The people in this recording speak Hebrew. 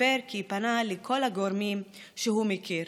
סיפר כי פנה לכל הגורמים שהוא מכיר